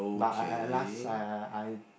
but I I last I I I I